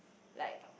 like